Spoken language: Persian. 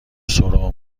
سرم